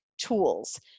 tools